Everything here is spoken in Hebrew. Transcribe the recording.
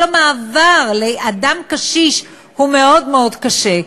כל מעבר, לאדם קשיש, הוא מאוד מאוד קשה.